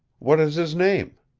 what is his name?